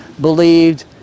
believed